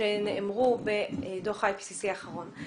שנאמרו בדוח ה-IPPC האחרון.